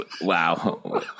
wow